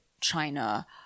China